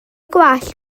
gwallt